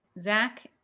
Zach